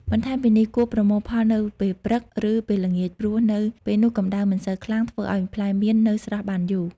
បន្ថែមពីនេះ គួរប្រមូលផលនៅពេល ព្រឹក ឬពេល ល្ងាច ព្រោះនៅពេលនោះកម្តៅមិនសូវខ្លាំង ធ្វើឱ្យផ្លែមៀននៅស្រស់បានយូរ។